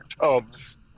tubs